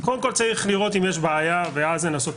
קודם כל צריך לראות אם יש בעיה ואז לנסות